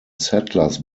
settlers